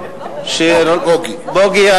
בוֹגי.